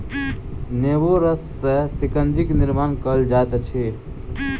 नेबो रस सॅ शिकंजी के निर्माण कयल जाइत अछि